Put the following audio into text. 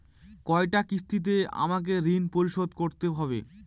কয়টা কিস্তিতে আমাকে ঋণ পরিশোধ করতে হবে?